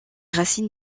racines